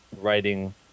writing